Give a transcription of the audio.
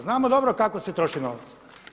Znamo dobro kako se troši novac.